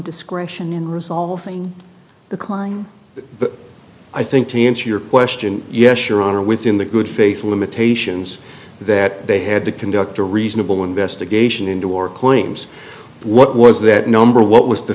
discretion in resolving the klein but the i think to answer your question yes your honor within the good faith limitations that they had to conduct a reasonable investigation into war claims what was that number what was the